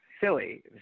silly